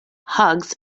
hugs